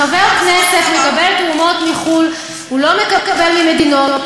כשחבר כנסת מקבל תרומות מחו"ל הוא לא מקבל ממדינות,